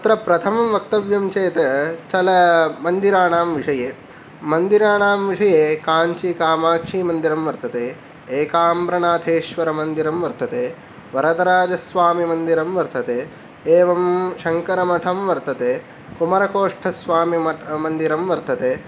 तत्र प्रथमं वक्तव्यं चेत् चल मन्दिराणां विषये मन्दिराणां विषये काञ्चि कामाक्षीमन्दिरं वर्तते एकाम्रनाथेश्वरमन्दिरं वर्तते वरदराजस्वामीमन्दिरं वर्तते एवं शंकरमठं वर्तते कुमारकोष्ठस्वामी मठ् मन्दिरं वर्तते